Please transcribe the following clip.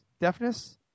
deafness